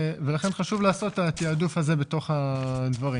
לכן חשוב לעשות את התיעדוף הזה בתוך הדברים.